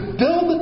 build